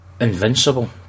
invincible